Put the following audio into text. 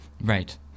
Right